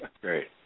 Great